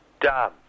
done